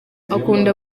akunda